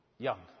Young